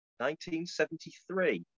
1973